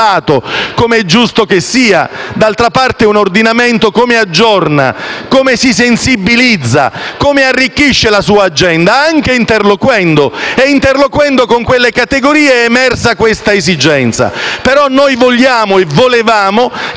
come è giusto che sia: d'altra parte, un ordinamento come si sensibilizza, come aggiorna, come arricchisce la sua agenda? Anche interloquendo. E interloquendo con quelle categorie è emersa questa esigenza, però noi volevamo e vogliamo